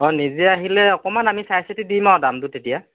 হয় নিজে আহিলে অকণমান আমি চাই চিতি দিম আৰু দামটো তেতিয়া